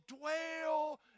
dwell